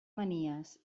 manies